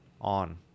on